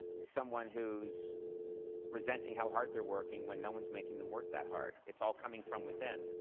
someone who's resenting how hard they're working, when no one's making them work that hard. it's all coming from within,